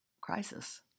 crisis